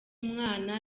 umwana